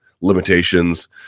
limitations